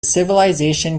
civilization